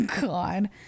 god